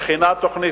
מכינה תוכנית,